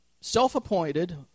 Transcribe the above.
self-appointed